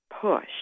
push